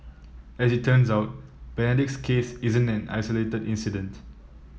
as it turns out Benedict's case isn't an isolated incident